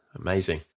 Amazing